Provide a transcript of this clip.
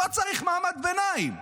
לא צריך מעמד ביניים.